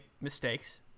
mistakes